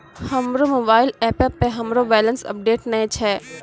हमरो मोबाइल एपो मे हमरो बैलेंस अपडेट नै छै